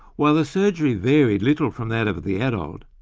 while the surgery varied little from that of of the adult,